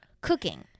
Cooking